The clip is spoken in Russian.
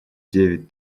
девять